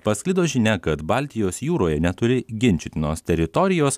pasklido žinia kad baltijos jūroje neturi ginčytinos teritorijos